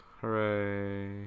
Hooray